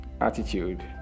attitude